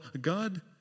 God